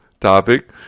topic